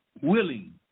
willing